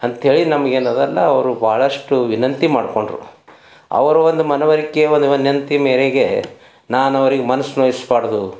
ಅಂಥೇಳಿ ನಮ್ಗೆ ಏನದಲ್ಲ ಅವರು ಭಾಳಷ್ಟು ವಿನಂತಿ ಮಾಡಿಕೊಂಡ್ರು ಅವರು ಒಂದು ಮನವರಿಕೆ ಒಂದು ವಿನಂತಿ ಮೇರೆಗೆ ನಾನು ಅವ್ರಿಗೆ ಮನ್ಸು ನೋಯಿಸ್ಬಾರ್ದು